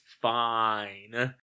fine